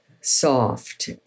soft